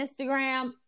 Instagram